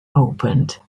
opened